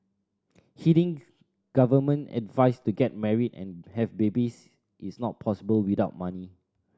heeding government's advice to get married and have babies is not possible without money